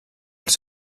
els